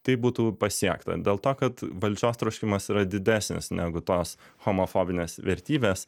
tai būtų pasiekta dėl to kad valdžios troškimas yra didesnis negu tos homofobinės vertybės